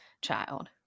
child